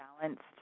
balanced